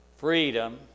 Freedom